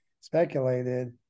speculated